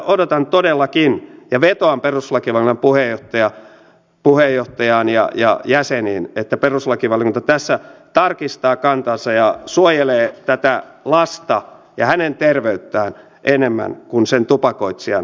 odotan todellakin ja vetoan perustuslakivaliokunnan puheenjohtajaan ja jäseniin että perustuslakivaliokunta tässä tarkistaa kantansa ja suojelee tätä lasta ja hänen terveyttään enemmän kuin sen tupakoitsijan oikeuksia